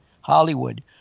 Hollywood